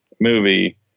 movie